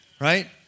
Right